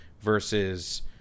versus